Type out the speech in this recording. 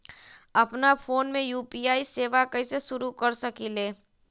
अपना फ़ोन मे यू.पी.आई सेवा कईसे शुरू कर सकीले?